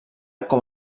com